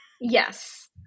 Yes